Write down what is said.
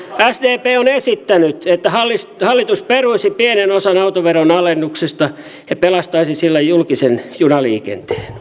sdp on esittänyt että hallitus peruisi pienen osan autoveron alennuksesta ja pelastaisi sillä julkisen junaliikenteen